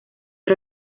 era